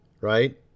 Right